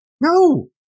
No